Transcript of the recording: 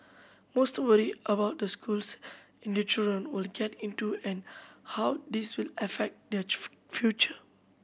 most worry about the schools and their children will get into and how this will affect their future